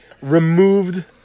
removed